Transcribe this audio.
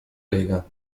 lega